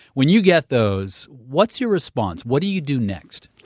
when you get those, what's your response? what do you do next?